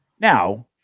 now